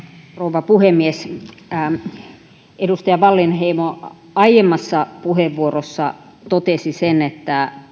rouva puhemies edustaja wallinheimo aiemmassa puheenvuorossa totesi sen että